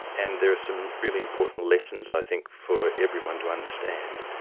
and there are some really important lessons i think for everyone to understand.